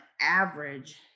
average